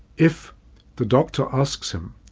if the doctor asks him,